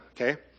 Okay